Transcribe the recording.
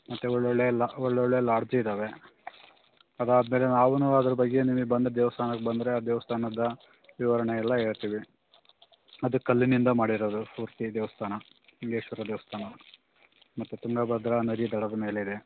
ಮತ್ತು ಒಳ್ಳೊಳ್ಳೆಯ ಎಲ್ಲ ಒಳ್ಳೊಳ್ಳೆಯ ಲಾಡ್ಜ್ ಇದ್ದಾವೆ ಅದು ಆದಮೇಲೆ ನಾವೂ ಅದ್ರ ಬಗ್ಗೆ ನಿಮಗ್ ಬಂದು ದೇವಸ್ಥಾನಕ್ ಬಂದರೆ ಆ ದೇವಸ್ಥಾನದ ವಿವರಣೆ ಎಲ್ಲ ಹೇಳ್ತೀವಿ ಅದು ಕಲ್ಲಿನಿಂದ ಮಾಡಿರೋದು ಪೂರ್ತಿ ದೇವಸ್ಥಾನ ಲಿಂಗೇಶ್ವರ ದೇವಸ್ಥಾನ ಮತ್ತು ತುಂಗ ಭದ್ರಾ ನದಿ ದಡದ ಮೇಲೆ ಇದೆ